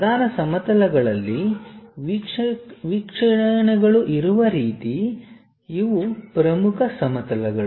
ಪ್ರಧಾನ ಸಮತಲಗಳಲ್ಲಿ ವೀಕ್ಷಣೆಗಳು ಇರುವ ರೀತಿ ಇವು ಪ್ರಮುಖ ಸಮತಲಗಳು